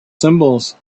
symbols